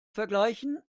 vergleichen